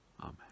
Amen